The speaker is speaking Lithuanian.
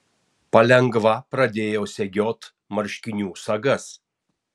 palengva pradėjau segiot marškinių sagas